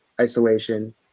isolation